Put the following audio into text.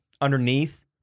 underneath